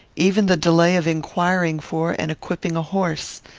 even the delay of inquiring for and equipping a horse.